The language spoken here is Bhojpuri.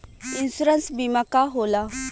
इन्शुरन्स बीमा का होला?